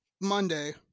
Monday